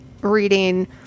reading